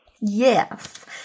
Yes